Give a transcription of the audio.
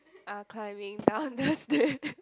uh climbing down the stairs